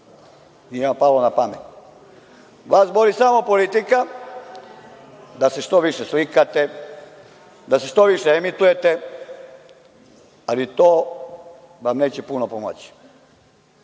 to palo na pamet. Vas boli samo politika, da se što više slikate, da se što više emitujete, ali to vam neće puno pomoći.